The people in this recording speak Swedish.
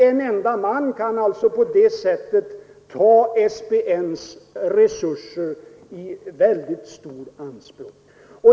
En enda man eller kvinna kan på det sättet ta en stor del av SPN s resurser i anspråk.